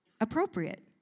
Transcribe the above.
appropriate